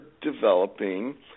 developing